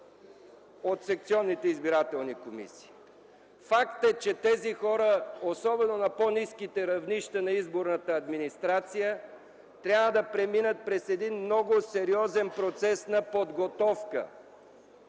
от секционните избирателни комисии. Факт е, че тези хора, особено на по-ниските равнища на изборната администрация, трябва да преминат през много сериозен процес на подготовка,